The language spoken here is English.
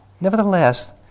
nevertheless